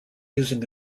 using